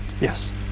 yes